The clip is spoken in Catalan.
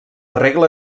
regla